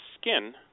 skin